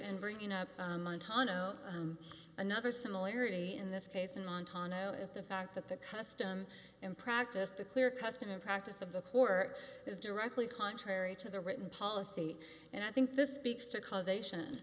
and bringing up another similarity in this case in montana is the fact that the custom and practice the clear custom and practice of the court is directly contrary to the written policy and i think this week's to causation